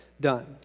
done